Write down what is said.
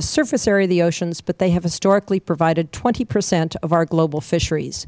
the surface area of the oceans but they have historically provided twenty percent of our global fisheries